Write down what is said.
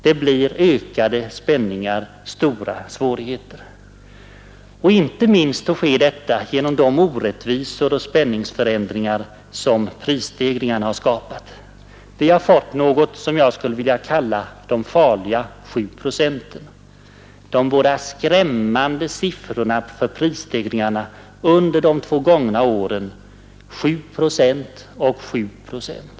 Det blir ökade spänningar och stora svårigheter inte minst genom de orättvisor och spänningar som prisstegringarna skapat. Vi har fått något som jag skulle vilja kalla de farliga 7 procenten: de båda skrämmande siffrorna för prisstegringarna under de två gångna åren på 7 procent och 7 procent.